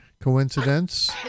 coincidence